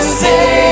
say